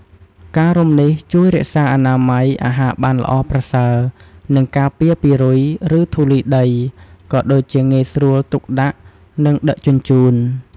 ការរុំនេះជួយ រក្សាអនាម័យ អាហារបានល្អប្រសើរ និងការពារពីរុយ ឬធូលីដី ក៏ដូចជាងាយស្រួលទុកដាក់ និងដឹកជញ្ជូន។